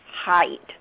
height